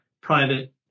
private